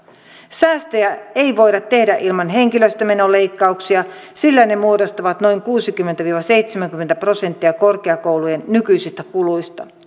säästöjä ei voida tehdä ilman henkilöstömenoleikkauksia sillä ne muodostavat noin kuusikymmentä viiva seitsemänkymmentä prosenttia korkeakoulujen nykyisistä kuluista